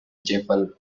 chapel